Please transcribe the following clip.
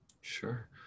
Sure